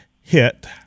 hit